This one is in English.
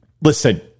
listen